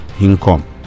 income